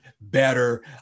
better